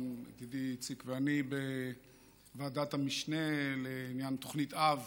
ידידי איציק ואני, בוועדת המשנה לעניין תוכנית אב